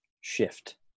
shift